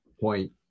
point